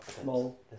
Small